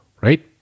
right